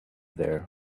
there